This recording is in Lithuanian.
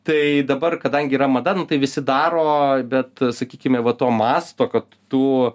tai dabar kadangi yra mada nu tai visi daro bet sakykime va to masto kad tu